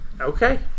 Okay